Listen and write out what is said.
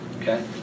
okay